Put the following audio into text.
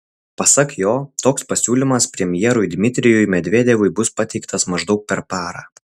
pasak jo toks pasiūlymas premjerui dmitrijui medvedevui bus pateiktas maždaug per parą